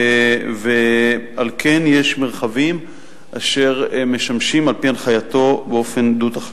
ועל כן יש מרחבים אשר משמשים על-פי הנחייתו באופן דו-תכליתי.